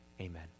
Amen